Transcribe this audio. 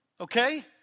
Okay